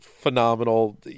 Phenomenal